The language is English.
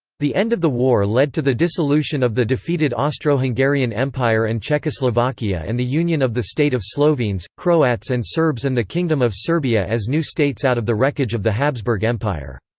the end of the war led to the dissolution of the defeated austro-hungarian empire and czechoslovakia and the union of the state of slovenes, croats and serbs and the kingdom of serbia as new states out of the wreckage of the habsburg empire.